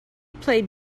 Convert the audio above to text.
played